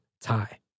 tie